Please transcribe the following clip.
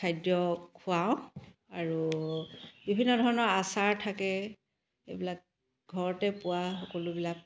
খাদ্য খোৱাওঁ আৰু বিভিন্ন ধৰণৰ আচাৰ থাকে এইবিলাক ঘৰতে পোৱা সকলোবিলাক